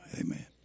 Amen